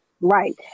right